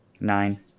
Nine